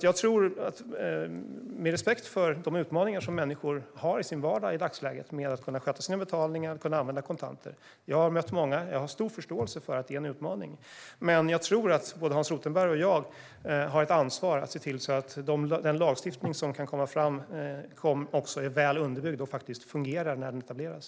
Jag har respekt för de utmaningar som människor i dagsläget har i sin vardag när det gäller att sköta betalningar och kunna använda kontanter. Jag har mött många och har stor förståelse för att detta är en utmaning. Men jag tror att både Hans Rothenberg och jag har ett ansvar för att se till att den lagstiftning som kan komma fram är väl underbyggd och faktiskt fungerar när den etableras.